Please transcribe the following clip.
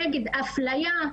נגד אפליה.